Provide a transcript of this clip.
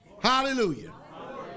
Hallelujah